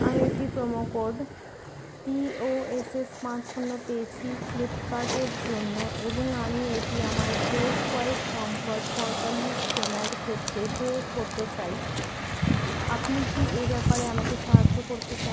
আমি একটি promo code E O S S পাঁচ শূন্য পেয়েছি ফ্লিপকার্ট এর জন্য এবং আমি এটি আমার বোস কোয়াইট কমফোর্ট পঁয়তাল্লিশ কেনার ক্ষেত্রে প্রয়োগ করতে চাই আপনি কি এ ব্যাপারে আমাকে সাহায্য করতে চান